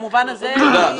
תודה.